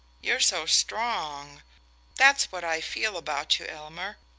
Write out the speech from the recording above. you're so strong that's what i feel about you, elmer.